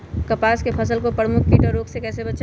कपास की फसल को प्रमुख कीट और रोग से कैसे बचाएं?